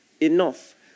enough